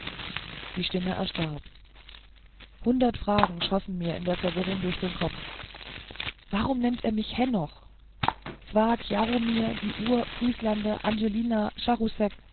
die stimme erstarb hundert fragen schössen mir in der verwirrung durch den kopf warum nennt er mich henoch zwakh jaromir die uhr vrieslander angelina